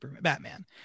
Batman